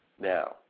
now